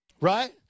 right